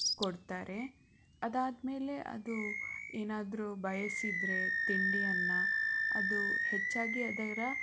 ಕೊಡ್ತಾರೆ ಅದಾದ ಮೇಲೆ ಅದು ಏನಾದರೂ ಬಯಸಿದರೆ ತಿಂಡಿಯನ್ನು ಅದು ಹೆಚ್ಚಾಗಿ ಅದರ